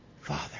Father